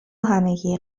همگی